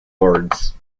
boards